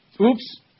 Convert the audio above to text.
Oops